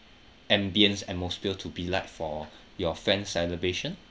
ambience atmosphere to be like for your friend celebration